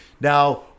Now